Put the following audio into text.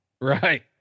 Right